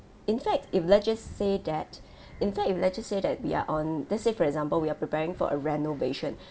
in fact if let just say that in fact if let just say that we are on let's say for example we are preparing for a renovation